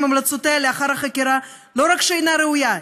המלצותיה לאחר החקירה לא רק שאינה ראויה,